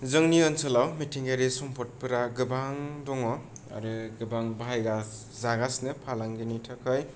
जोंनि ओनसोलाव मिथिंगायारि सम्पदफोरा गोबां दङ आरो गोबां बाहायजागासिनो फालांगिनि थाखाय